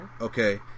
Okay